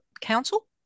Council